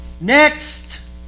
Next